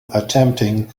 attempting